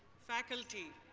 faculty,